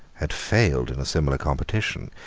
had failed in a similar competition,